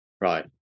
Right